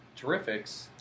Terrifics